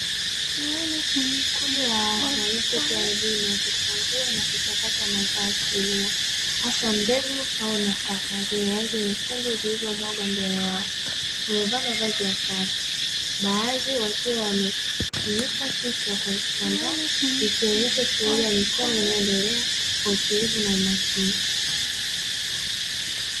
Kundi la watu walioketi ardhini wakichambua na kuchakata mazao ya kilimo, hasa mbegu au nafaka zenye rangi nyekundu, zilizomwagwa mbele yao. Wamevaa mavazi ya kazi, baadhi wakiwa wamefunika kichwa kwa vitambaa, ikionyesha shughuli ya mikono inayoendelea kwa utulivu na umakini.